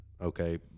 Okay